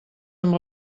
amb